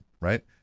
right